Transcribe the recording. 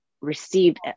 received